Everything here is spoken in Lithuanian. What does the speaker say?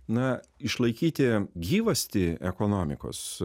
na išlaikyti gyvastį ekonomikos